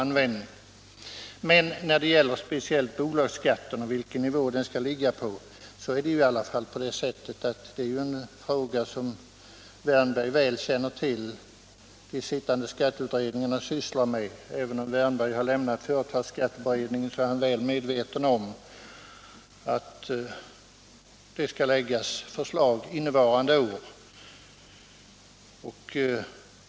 Men frågan om vilken nivå bolagsskatten skall ligga på hör till det — det känner herr Wärnberg väl till — som de sittande skatteutredningarna sysslar med. Och även om herr Wärnberg har lämnat företagsskatteberedningen är han väl medveten om att förslag skall läggas innevarande år.